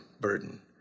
burden